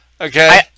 Okay